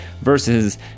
versus